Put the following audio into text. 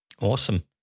Awesome